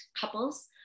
couples